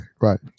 Right